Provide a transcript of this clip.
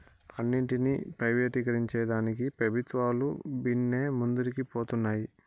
అన్నింటినీ ప్రైవేటీకరించేదానికి పెబుత్వాలు బిన్నే ముందరికి పోతన్నాయి